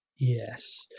Yes